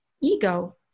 ego